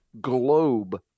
globe